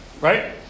Right